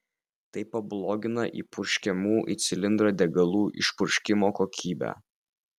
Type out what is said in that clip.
tai pablogina įpurškiamų į cilindrą degalų išpurškimo kokybę